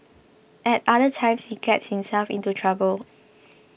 at other times he gets himself into trouble